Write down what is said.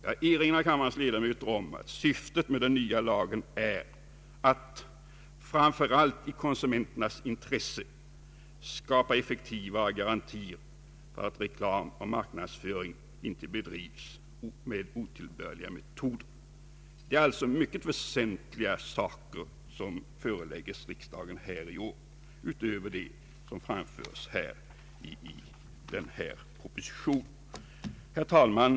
Jag erinrar kammarens ledamöter om att syftet med den nya lagen är att — framför allt i konsumenternas intresse — skapa effektivare garantier för att reklam och marknadsföring inte bedrivs med otillbörliga metoder. Det är alltså mycket väsentliga saker som föreläggs riksdagen i år utöver det som föreslagits i denna proposition. Herr talman!